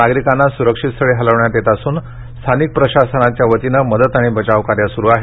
नागरिकांना सुरक्षित स्थळी हलवण्यात येत असून स्थानिक प्रशासनाच्या वतीनं मदत आणि बचाव कार्य सुरू आहे